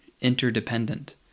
interdependent